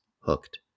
hooked